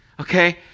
Okay